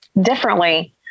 differently